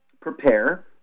Prepare